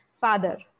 father